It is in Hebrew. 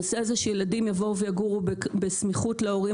הנושא הזה שילדים יבואו ויגורו בסמיכות להורים